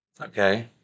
Okay